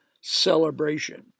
celebration